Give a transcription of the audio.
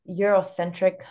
Eurocentric